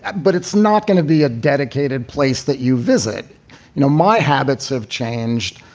but it's not going to be a dedicated place that you visit. you know, my habits have changed.